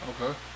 Okay